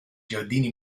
giardini